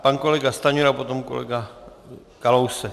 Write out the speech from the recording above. Pan kolega Stanjura, potom kolega Kalousek.